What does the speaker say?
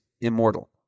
immortal